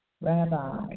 Rabbi